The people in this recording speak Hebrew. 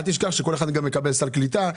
אל תשכח שכל אחד גם מקבל סל קליטה,